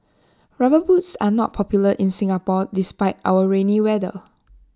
rubber boots are not popular in Singapore despite our rainy weather